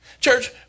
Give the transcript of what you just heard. Church